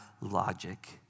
logic